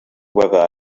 whether